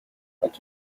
would